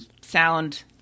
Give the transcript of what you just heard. sound